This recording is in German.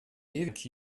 ewig